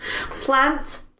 Plant